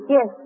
Yes